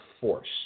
force